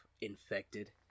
infected